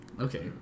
Okay